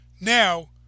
Now